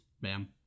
bam